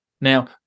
now